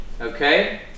Okay